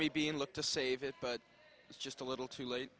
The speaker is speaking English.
jimmy being looked to save it but it's just a little too late